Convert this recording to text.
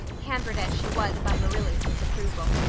hampered as she was by marilla's disapproval.